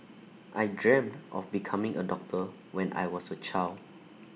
I dreamt of becoming A doctor when I was A child